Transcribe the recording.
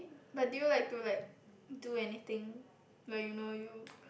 but do you like to like do anything like you know you